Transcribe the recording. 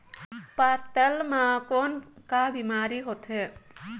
पातल म कौन का बीमारी होथे?